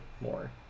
more